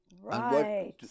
Right